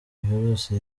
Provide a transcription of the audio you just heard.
virusi